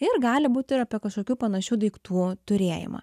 ir gali būti ir apie kažkokių panašių daiktų turėjimą